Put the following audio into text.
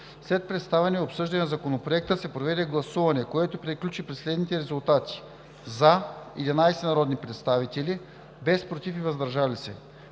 След представяне и обсъждане на Законопроекта се проведе гласуване, което приключи при следните резултати: „за“ – 11 народни представители, без „против“ и „въздържали се“.